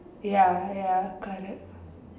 ya ya correct